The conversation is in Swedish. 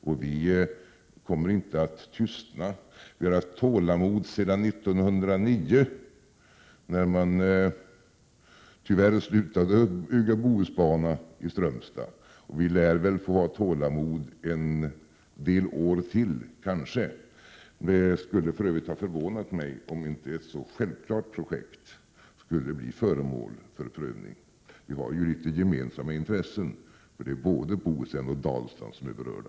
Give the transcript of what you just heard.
Och vi kommer inte att tystna. Vi har haft tålamod sedan 1909, när man tyvärr slutade att bygga Bohusbana i Strömstad, och vi lär väl få ha tålamod en del år till. Det skulle för övrigt ha förvånat mig, om inte ett så självklart projekt skulle bli föremål för prövning. Vi har ju litet gemensamma intressen, för både Bohuslän och Dalsland är berörda.